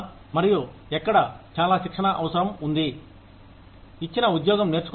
మరియు ఎక్కడ చాలా శిక్షణ అవసరం ఉంది ఇచ్చిన ఉద్యోగం నేర్చుకోవడం